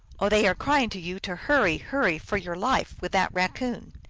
oh, they are crying to you to hurry, hurry, for your life, with that raccoon!